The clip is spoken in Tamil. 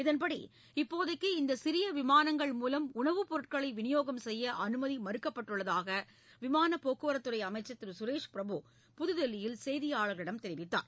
இதன்படி தற்போதைக்கு இந்த சிறிய விமானங்கள் மூவம் உணவு பொருட்கள் விநியோகம் செய்ய அனுமதி மறுக்கப்பட்டுள்ளதாக விமானப் போக்குவரத்துக் துறை அமைச்சர் திரு சுரேஷ் பிரபு புதுதில்லியில் செய்தியாளர்களிடம் தெரிவித்தார்